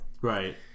Right